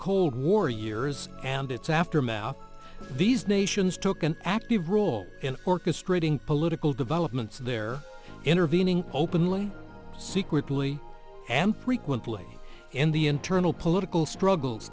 cold war years and its aftermath these nations took an active role in orchestrating political developments there intervening openly secretly and frequently in the internal political struggles